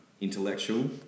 Intellectual